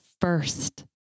first